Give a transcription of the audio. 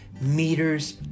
meters